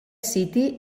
city